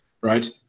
right